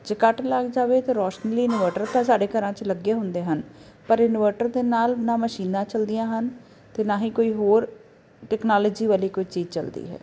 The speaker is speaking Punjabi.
ਜੇ ਕੱਟ ਲੱਗ ਜਾਵੇ ਅਤੇ ਰੋਸ਼ਨੀ ਲਈ ਇਨਵਾਟਰ ਤਾਂ ਸਾਡੇ ਘਰਾਂ 'ਚ ਲੱਗੇ ਹੁੰਦੇ ਹਨ ਪਰ ਇਨਵਰਟਰ ਦੇ ਨਾਲ ਨਾ ਮਸ਼ੀਨਾਂ ਚਲਦੀਆਂ ਹਨ ਅਤੇ ਨਾ ਹੀ ਕੋਈ ਹੋਰ ਟੈਕਨਾਲਜੀ ਵਾਲੀ ਕੋਈ ਚੀਜ਼ ਚਲਦੀ ਹੈ